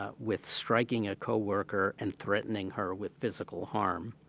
ah with striking a coworker and threatening her with physical harm,